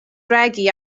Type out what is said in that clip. regi